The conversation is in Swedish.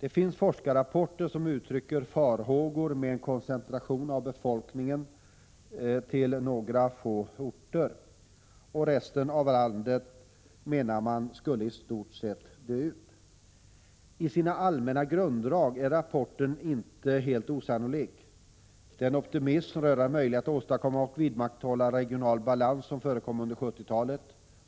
Det finns forskarrapporter som uttrycker farhågor om en koncentration av befolkningen till några få orter. Resten av landet skulle i stort sett dö ut, menar man. I sina allmänna grunddrag är den rapporten inte helt osannolik. Den optimism rörande möjligheterna att åstadkomma och vidmakthålla regional balans som förekom under 1970-talet